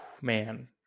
Man